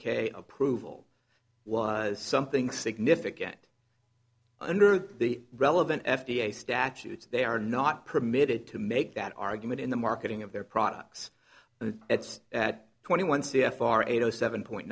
k approval was something significant under the relevant f d a statutes they are not permitted to make that argument in the marketing of their products and that's at twenty one c f r eight zero seven point